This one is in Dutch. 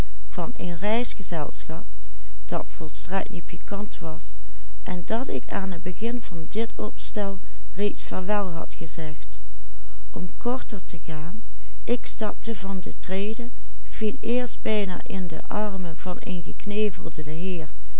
gezegd om korter te gaan ik stapte van de trede viel eerst bijna in de armen van een geknevelden heer